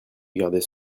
regarder